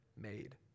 made